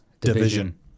division